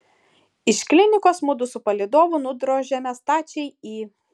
iš klinikos mudu su palydovu nudrožėme stačiai į